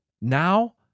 now